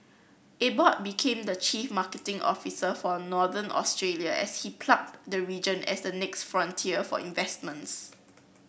Abbott became the chief marketing officer for Northern Australia as he plugged the region as the next frontier for investments